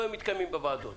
לא היו מתקיימים בוועדות.